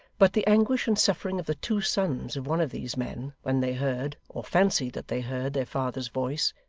but the anguish and suffering of the two sons of one of these men, when they heard, or fancied that they heard, their father's voice,